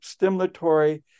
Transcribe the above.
stimulatory